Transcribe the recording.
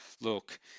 Look